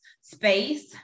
space